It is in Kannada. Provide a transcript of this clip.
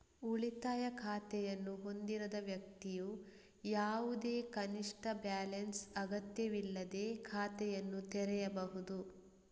ಉಳಿತಾಯ ಖಾತೆಯನ್ನು ಹೊಂದಿರದ ವ್ಯಕ್ತಿಯು ಯಾವುದೇ ಕನಿಷ್ಠ ಬ್ಯಾಲೆನ್ಸ್ ಅಗತ್ಯವಿಲ್ಲದೇ ಖಾತೆಯನ್ನು ತೆರೆಯಬಹುದು